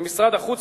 במשרד החוץ,